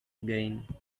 gain